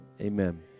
Amen